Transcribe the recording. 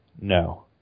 No